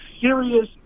serious